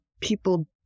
people